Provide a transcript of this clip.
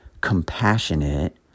compassionate